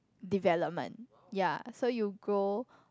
development ya so you grow